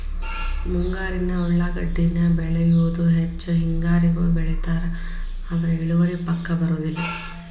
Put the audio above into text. ಮುಂಗಾರಿಗೆ ಉಳಾಗಡ್ಡಿನ ಬೆಳಿಯುದ ಹೆಚ್ಚ ಹೆಂಗಾರಿಗೂ ಬೆಳಿತಾರ ಆದ್ರ ಇಳುವರಿ ಪಕ್ಕಾ ಬರುದಿಲ್ಲ